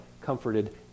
comforted